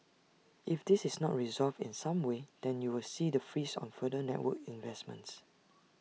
if this is not resolved in some way then you will see the freeze on further network investments